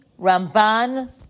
Ramban